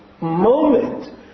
moment